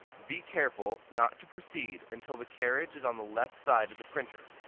be careful not to proceed until the carriage is on the left side of the printer.